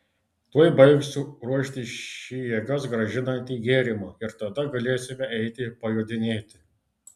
tuoj baigsiu ruošti šį jėgas grąžinantį gėrimą ir tada galėsime eiti pajodinėti